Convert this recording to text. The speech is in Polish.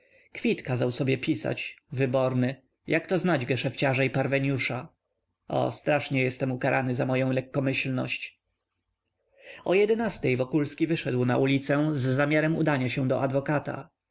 kwit kazał sobie pisać wyborny jak to znać geszefciarza i parweniusza o strasznie jestem ukarany za moję lekkomyślność o jedenastej wokulski wyszedł na ulicę z zamiarem udania się do adwokata